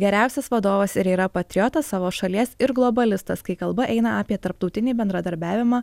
geriausias vadovas ir yra patriotas savo šalies ir globalistas kai kalba eina apie tarptautinį bendradarbiavimą